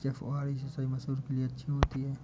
क्या फुहारी सिंचाई मसूर के लिए अच्छी होती है?